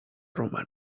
romana